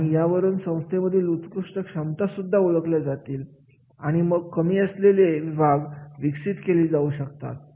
आणि यावरूनच संस्थेतील उत्कृष्ट क्षमता सुद्धा ओळखल्या जातील आणि मग कमी असलेले विभाग विकसित केले जाऊ शकतात